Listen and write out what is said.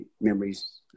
memories